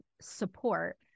support